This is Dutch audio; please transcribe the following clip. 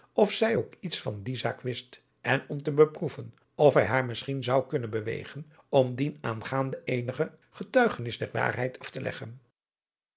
of zij ook iets van die zaak wist en om te beproeven of hij haar misschien zou kunnen bewegen om dienaangaande eenig getuigenis der waarheid af te leggen